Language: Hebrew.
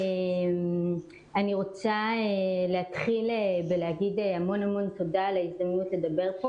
אני רוצה להתחיל בלהגיד המון תודה על ההזדמנות לדבר פה,